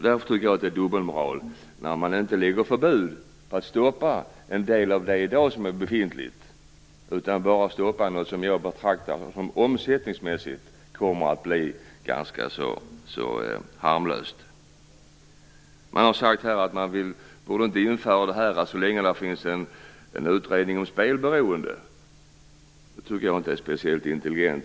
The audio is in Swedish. Därför tycker jag att det är dubbelmoral när man inte lägger förbud mot en del av det som i dag är befintligt utan bara vill stoppa det som jag omsättningsmässigt betraktar som ganska så harmlöst. Det har sagts att man inte vill gå in för detta så länge det pågår en utredning om spelberoende. Det tycker jag inte är speciellt intelligent.